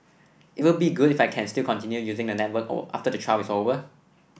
it would be good if I can still continue using the network after the trial is over